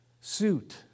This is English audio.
suit